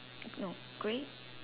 no great